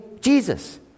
Jesus